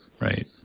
right